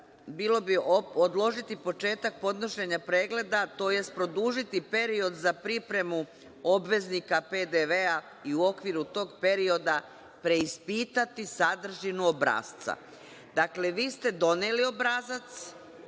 – odložiti početak podnošenja pregleda, tj. produžiti period za pripremu obveznika PDV-a i u okviru tog perioda preispitati sadržinu obrasca. Dakle, vi ste doneli obrazac